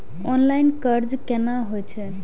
Online कर्ज केना होई छै?